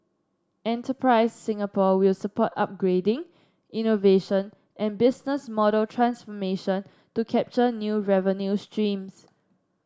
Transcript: enterprise Singapore will support upgrading innovation and business model transformation to capture new revenue streams